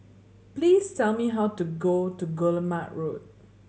please tell me how to go to Guillemard Road